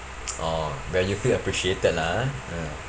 orh where you feel appreciated lah ah mm